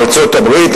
ארצות-הברית,